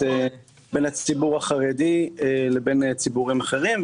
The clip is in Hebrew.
בין הציבור החרדי לבין ציבורים אחרים,